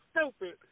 stupid